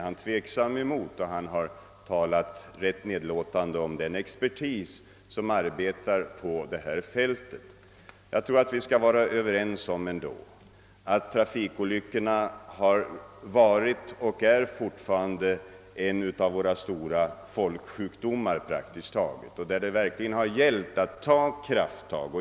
Han har vidare talat ganska nedlåtande om den expertis som arbetar på detta fält. Jag tror emellertid att vi skall vara överens om att trafikolyckorna har varit och fortfarande är en av våra stora folksjukdomar, mot vilken det verkligen gällt att ta krafttag.